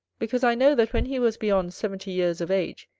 because i know that when he was beyond seventy years of age,